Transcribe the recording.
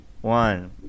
one